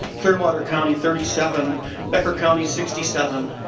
clearwater county thirty seven becker county sixty seven.